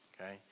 Okay